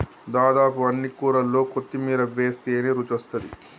దాదాపు అన్ని కూరల్లో కొత్తిమీర వేస్టనే రుచొస్తాది